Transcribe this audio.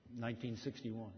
1961